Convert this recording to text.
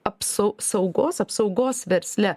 apsau saugos apsaugos versle